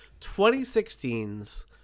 2016's